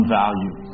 value